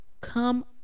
come